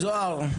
זהר,